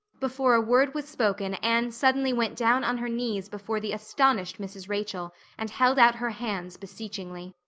before a word was spoken anne suddenly went down on her knees before the astonished mrs. rachel and held out her hands beseechingly.